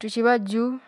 cuci bau.